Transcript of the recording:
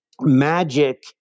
magic